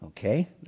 Okay